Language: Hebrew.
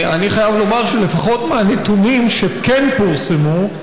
אני חייב לומר שלפחות מהנתונים שכן פורסמו,